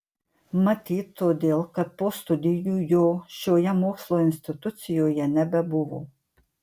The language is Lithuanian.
matyt todėl kad po studijų jo šioje mokslo institucijoje nebebuvo